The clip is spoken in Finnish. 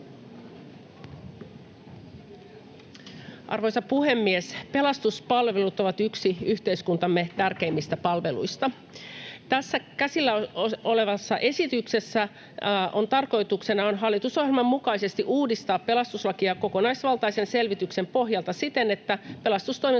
Arvoisa puhemies! Pelastuspalvelut ovat yksi yhteiskuntamme tärkeimmistä palveluista. Tässä käsillä olevassa esityksessä on tarkoituksena hallitusohjelman mukaisesti uudistaa pelastuslakia kokonaisvaltaisen selvityksen pohjalta siten, että pelastustoimen